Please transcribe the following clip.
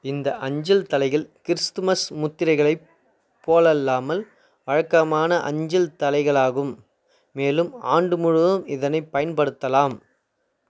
இந்த அஞ்சல் தலைகள் கிறிஸ்துமஸ் முத்திரைகளைப் போலல்லாமல் வழக்கமான அஞ்சல் தலைகளாகும் மேலும் ஆண்டு முழுவதும் இதனைப் பயன்படுத்தலாம்